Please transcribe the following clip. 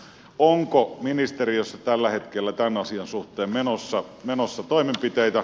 onko ministeriössä tällä hetkellä tämän asian suhteen menossa toimenpiteitä